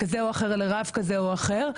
לרב כזה או אחר,